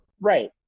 Right